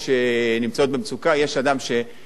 שיושב אתם, כמובן מהמגזר,